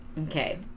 Okay